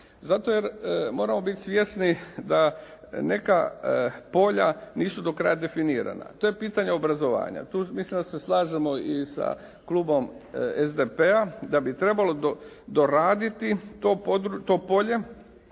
Zato jer moramo biti svjesni da neka polja nisu do kraja definiranja. To je pitanje obrazovanja. Tu mislim da se slažemo i sa klubom SDP-a da bi trebalo doraditi to polje,